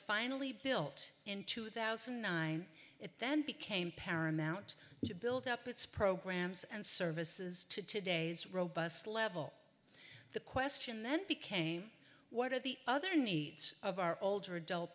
finally built in two thousand and nine it then became paramount to build up its programs and services to today's robust level the question then became what are the other needs of our older adult